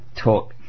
talk